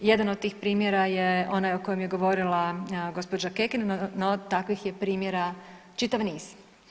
Jedan od tih primjera je onaj o kojem je govorila gospođa Kekin, to takvih je primjera čitav niz.